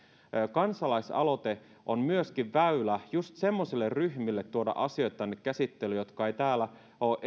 kansalaisaloite on myöskin väylä just semmoisille ryhmille tuoda asioita tänne käsittelyyn jotka eivät täällä